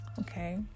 okay